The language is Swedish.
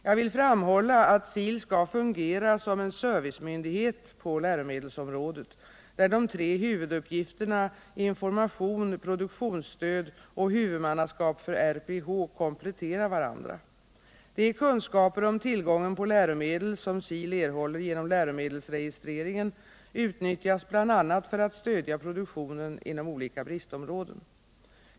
Jag vill framhålla att SIL skall fungera som en servicemyndighet på läromedelsområdet, där de tre huvuduppgifterna information, produktionsstöd och huvudmannaskap för RPH kompletterar varandra. De kunskaper om tillgången på läromedel, som SIL erhåller genom läromedelsregistreringen, utnyttjas bl.a. för att stödja produktionen inom olika bristområden.